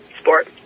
sport